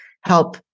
help